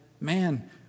man